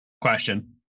question